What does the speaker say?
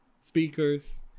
speakers